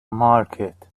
market